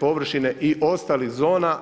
površine i ostalih zona.